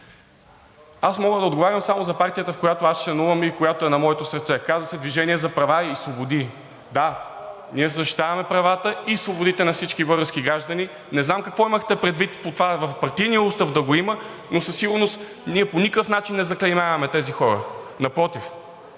мога да отговарям само за партията, в която аз членувам и която е на моето сърце. Казва се „Движение за права и свободи“. Да, ние защитаваме правата и свободите на всички български граждани. Не знам какво имахте предвид в партийния устав да го има, но със сигурност ние по никакъв начин не заклеймяваме тези хора. Напротив!